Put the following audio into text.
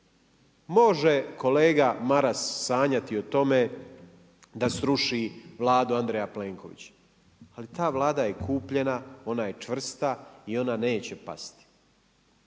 Može kolega Maras sanjati o tome da sruši Vladu Andreja Plenkovića. Ali, ta Vlada je kupljena, ona je čvrsta i ona neće pasti.